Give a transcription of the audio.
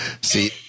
See